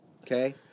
Okay